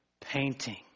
painting